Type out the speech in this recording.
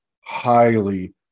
highly